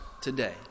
today